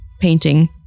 painting